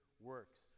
works